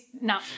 no